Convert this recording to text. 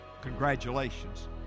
congratulations